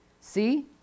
See